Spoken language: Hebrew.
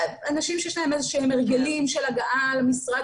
אנשים שיש להם איזה שהם הרגלים של הגעה למשרד